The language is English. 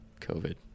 COVID